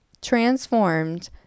transformed